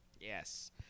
Yes